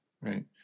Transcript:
Right